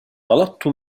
طلبت